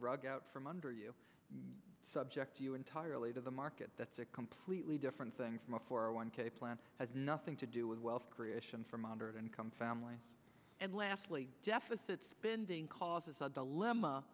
rug out from under you subject entirely to the market that's a completely different thing from a four a one k plan has nothing to do with wealth creation for moderate income family and lastly deficit spending causes a dilemma